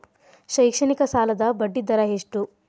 ಶೈಕ್ಷಣಿಕ ಸಾಲದ ಬಡ್ಡಿ ದರ ಎಷ್ಟು?